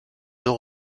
deux